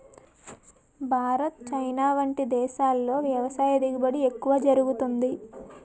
Bharat, China వంటి దేశాల్లో వ్యవసాయ దిగుబడి ఎక్కువ జరుగుతుంది